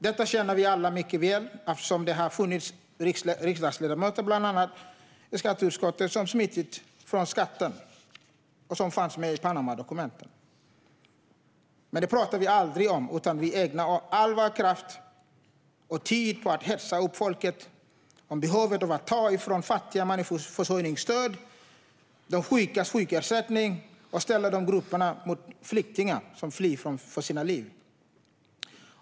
Detta känner vi alla mycket väl till, eftersom det har funnits riksdagsledamöter, bland annat i skatteutskottet, som har smitit från skatten och som finns med i Panamadokumenten. Men detta pratar vi aldrig om, utan vi ägnar all vår kraft och tid på att hetsa upp folket om behovet av att ta från fattiga människors försörjningsstöd och de sjukas sjukersättning, och vi ställer dessa grupper mot flyktingar som flyr för sina liv.